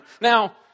now